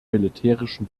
militärischen